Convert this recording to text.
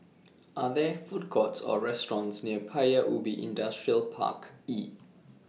Are There Food Courts Or restaurants near Paya Ubi Industrial Park E